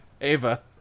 Ava